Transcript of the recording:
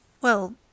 Well